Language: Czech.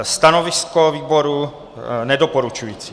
Stanovisko výboru nedoporučující.